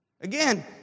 Again